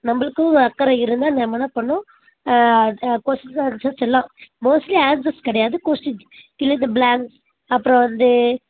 நம்மளுக்கு அக்கரை இருந்தால் நம்ம என்ன பண்ணும் கொஸின் அன்சர்ஸ் எல்லாம் மோஸ்ட்லி அன்சர்ஸ் கிடையாது question fill in the blank அப்புறம் வந்து